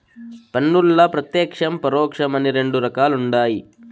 పన్నుల్ల ప్రత్యేక్షం, పరోక్షం అని రెండు రకాలుండాయి